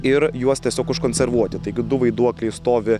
ir juos tiesiog užkonservuoti taigi du vaiduokliai stovi